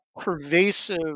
pervasive